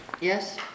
Yes